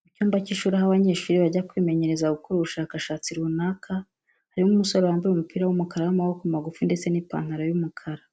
Mu cyumba cy'ishuri aho abanyeshuri bajya kwimenyereza gukora ubushakashatsi runaka, harimo umusore wambaye umupira w'umukara w'amaboko magufi ndetse n'ipantaro y'umukara.